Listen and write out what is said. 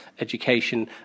education